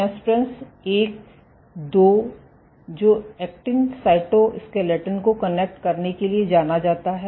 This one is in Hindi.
नेस्प्रेन्स 1 2 जो एक्टिन साइटोस्केलेटन को कनेक्ट करने के लिए जाना जाता है